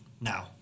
now